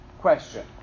question